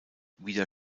wieder